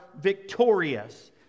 victorious